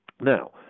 Now